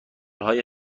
های